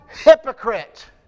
hypocrite